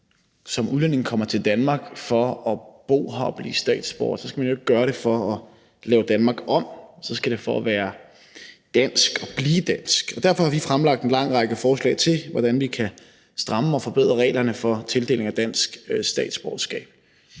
som udlænding kommer til Danmark for at bo her og blive statsborger, skal man jo ikke gøre det for at lave Danmark om, men for at være dansk og blive dansk. Derfor har vi fremlagt en lang række forslag til, hvordan vi kan stramme og forbedre reglerne for tildeling af dansk statsborgerskab.